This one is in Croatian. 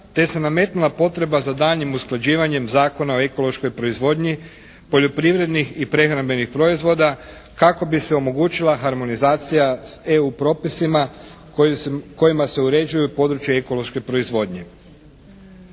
te se nametnula potreba za daljnjim usklađivanjem Zakona o ekološkoj proizvodnji poljoprivrednih i prehrambenih proizvoda kako bi se omogućila harmonizacija s EU propisima kojima se uređuje područje ekološke proizvodnje.